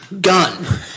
Gun